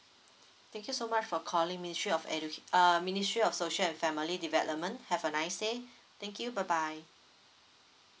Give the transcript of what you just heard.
thank you so much for calling ministry of educa~ uh ministry of social and family development have a nice day thank you bye bye